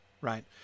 right